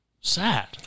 Sad